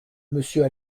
monsieur